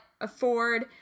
afford –